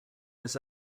this